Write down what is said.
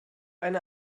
eine